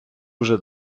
вже